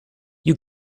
you